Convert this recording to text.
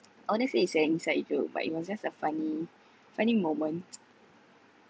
honestly its a inside joke but it was just a funny funny moment